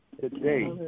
today